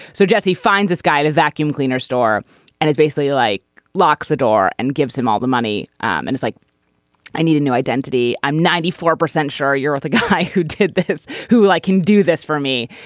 so jesse finds this guy the vacuum cleaner star and is basically like locks the door and gives him all the money and it's like i need a new identity. i'm ninety four percent sure you're ah the guy who did this who i can do this for me.